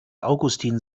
augustin